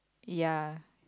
ya